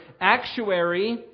actuary